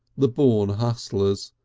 the born hustlers,